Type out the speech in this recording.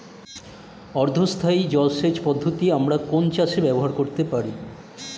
অর্ধ স্থায়ী জলসেচ পদ্ধতি আমরা কোন চাষে ব্যবহার করতে পারি?